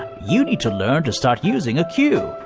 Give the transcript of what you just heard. you need to learn to start using a queue.